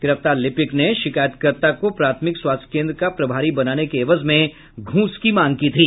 गिरफ्तार लिपिक ने शिकायतकर्ता को प्राथमिक स्वास्थ्य केन्द्र का प्रभारी बनाने के एवज में उससे घूस की मांग की थी